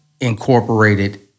incorporated